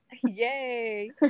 yay